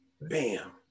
bam